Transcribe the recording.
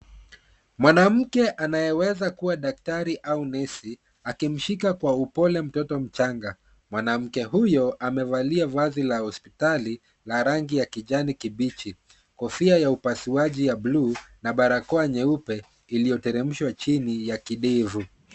Mwanamke anayeweza kuwa daktari au nesi akimshika kwa upole mtoto mchanga. Mwanamke huyo amevalia vazi la hospitali la rangi ya kijani kibichi, kofia ya upasuaji ya bluu na barakoa nyeupe iliyoteremshwa chini ya kidevu.